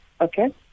okay